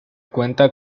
cuenta